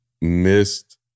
missed